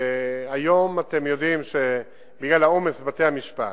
היום, אתם יודעים, בגלל העומס בבתי-המשפט,